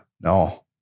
No